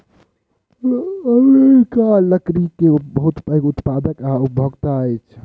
America लकड़ी के बहुत पैघ उत्पादक आ उपभोगता अछि